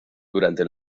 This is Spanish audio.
durante